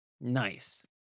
Nice